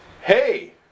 hey